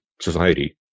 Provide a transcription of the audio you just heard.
society